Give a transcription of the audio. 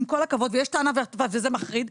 ויש טענה וזה מחריד,